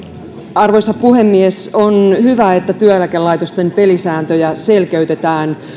arvoisa puhemies on hyvä että työeläkelaitosten pelisääntöjä selkeytetään